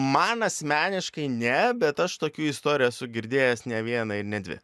man asmeniškai ne bet aš tokių istorijų esu girdėjęs ne vieną ir ne dvi